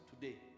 today